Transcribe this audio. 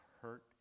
hurt